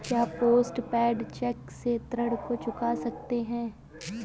क्या post paid cheque से ऋण को चुका सकते हैं?